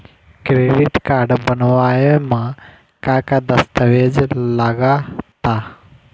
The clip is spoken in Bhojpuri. क्रेडीट कार्ड बनवावे म का का दस्तावेज लगा ता?